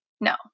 no